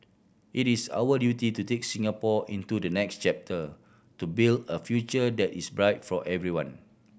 it is our duty to take Singapore into the next chapter to build a future that is bright for everyone